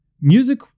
music